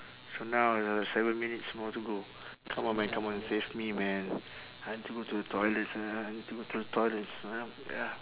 so now it's like seven minutes more to go come on man come on save me man I want to go to the toilet sia I need to go to the toilet sia ya